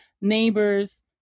neighbors